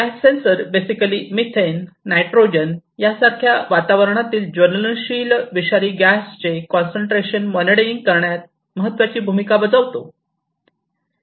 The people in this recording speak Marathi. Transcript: gas sensor basically methane nitrogen यासारख्या वातावरणातील ज्वलनशील विषारी गॅस चे कॉन्सन्ट्रेशन मॉनिटरिंग करण्यात महत्त्वाची भूमिका बजावतो